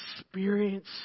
experience